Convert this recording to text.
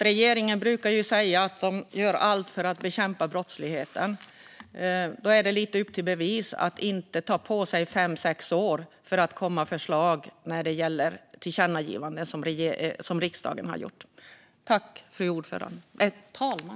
Regeringen brukar ju säga att de gör allt för att bekämpa brottsligheten. Då är det lite upp till bevis att inte ta fem sex år på sig för att komma med förslag utifrån riksdagens tillkännagivanden.